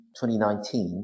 2019